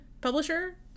Publisher